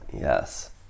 Yes